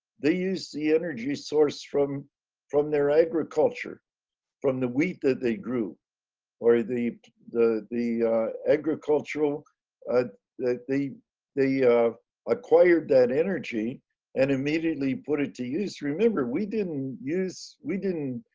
they use the energy source from from their agriculture from the wheat that they grew or the the the agricultural ah that the the acquired that energy and immediately put it to use. remember, we didn't use. we didn't